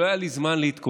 לא היה לי זמן להתכונן.